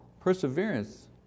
Perseverance